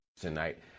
tonight